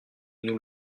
nous